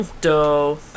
Doe